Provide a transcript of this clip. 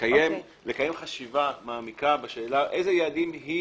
לקיים חשיבה מעמיקה בשאלה: אילו יעדים היא